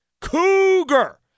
Cougar